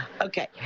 Okay